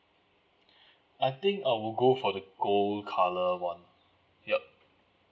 I think I will go for the gold colour [one] yup